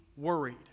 worried